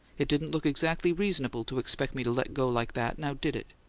it didn't look exactly reasonable to expect me to let go like that, now, did it?